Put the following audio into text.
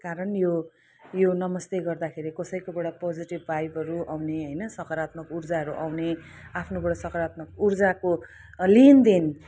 कारण यो यो नमस्ते गर्दाखेरिको कसैकोबाट पोजिटिभ भाइबहरू आउने होइन सकारात्मक ऊर्जाहरू आउने आफ्नोबाट सकारात्मक ऊर्जाको लेनदेन